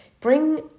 Bring